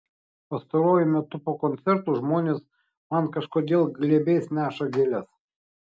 pastaruoju metu po koncertų žmonės man kažkodėl glėbiais neša gėles